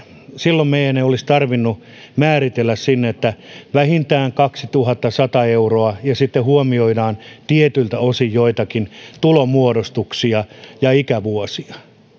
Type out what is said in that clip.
silloin meidän ei olisi tarvinnut määritellä sinne että se on vähintään kaksituhattasata euroa ja että huomioidaan tietyiltä osin joitakin tulonmuodostuksia ja ikävuosia